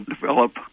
develop